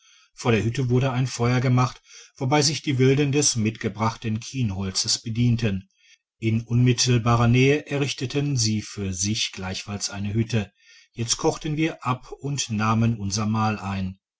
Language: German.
vor der hütte wurde ein feuer gemacht wobei sich die wilden des mitgebrachten kienholzes bedienten in unmittelbarer nähe errichteten sie für sich gleichfalls eine hütte jetzt kochten wir ab und nahmen unser mahl ein